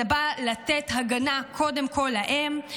זה בא לתת הגנה, קודם כול להם.